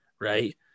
right